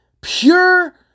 pure